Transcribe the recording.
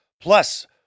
plus